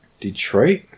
Detroit